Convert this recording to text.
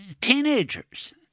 teenagers